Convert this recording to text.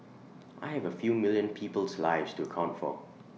I have A few million people's lives to account for